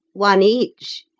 one each,